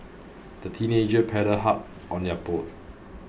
the teenagers paddled hard on their boat